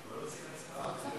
לא עושים הצבעה.